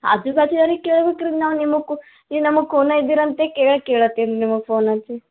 ಆಜು ಬಾಜು ಅವ್ರಿಗೆ ಕೇಳ್ಬೇಕು ರೀ ನಾವು ನಿಮಗು ನೀವು ನಮ್ಮ ಖೂನ ಇದ್ದೀರಾ ಅಂತೆ ಕೇಳೇ ಕೇಳತ್ತೀವ್ ನಿಮ್ಗೆ ಫೋನ್ ಹಚ್ಚಿ